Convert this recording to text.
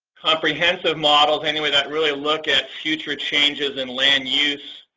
comprehensive models anyway that really look at future changes in land use